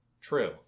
True